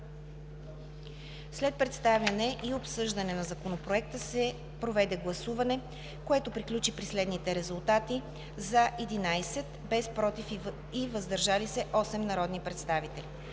След представяне и обсъждане на Законопроекта се проведе гласуване, което приключи при следните резултати: „за“ – 11, без „против“ и „въздържал се“ – 8 народни представители.